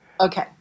Okay